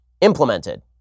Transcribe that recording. implemented